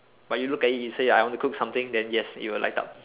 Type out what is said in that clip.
but you look at it it say I want to cook something then yes it will light up